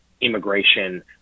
immigration